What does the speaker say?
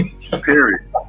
Period